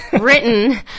written